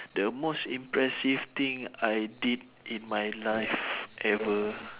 the most impressive thing I did in my life ever